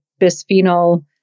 bisphenol